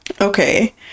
Okay